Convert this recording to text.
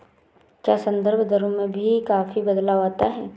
क्या संदर्भ दरों में भी काफी बदलाव आता है?